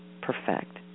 perfect